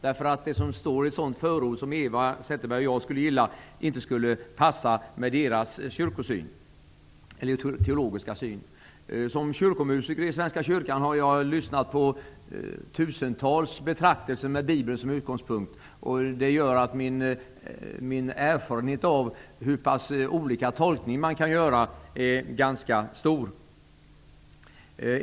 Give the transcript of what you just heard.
Det som står i ett förord som Eva Zetterberg och jag skulle gilla, skulle inte stämma med deras kyrkosyn eller teologiska syn. Som kyrkomusiker i Svenska kyrkan har jag lyssnat på tusentals betraktelser med Bibeln som utgångspunkt. Min erfarenhet av hur pass olika tolkningar man kan göra är därför ganska stor.